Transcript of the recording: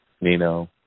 Nino